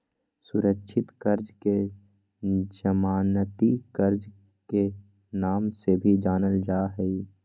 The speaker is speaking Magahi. सुरक्षित कर्ज के जमानती कर्ज के नाम से भी जानल जाहई